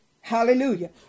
Hallelujah